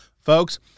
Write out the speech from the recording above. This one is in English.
folks